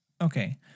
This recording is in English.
Okay